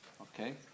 Okay